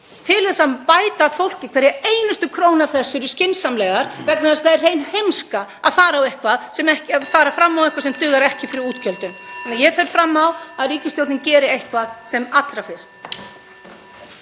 til að bæta fólki hverja einustu krónu af þessu eru skynsamlegar vegna þess að það er hrein heimska að fara fram á eitthvað sem dugar ekki fyrir útgjöldum. En ég fer fram á að ríkisstjórnin geri eitthvað sem allra fyrst.